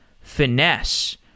finesse